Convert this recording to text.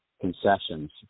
concessions